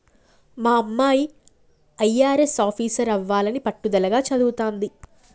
మా అమ్మాయి అయ్యారెస్ ఆఫీసరవ్వాలని పట్టుదలగా చదవతాంది